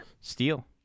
steal